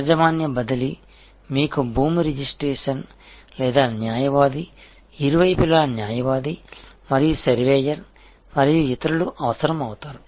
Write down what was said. యాజమాన్య బదిలీ మీకు భూమి రిజిస్ట్రీ లేదా న్యాయవాది ఇరువైపులా న్యాయవాది మరియు సర్వేయర్ మరియు ఇతరులు అవసరం అవుతారు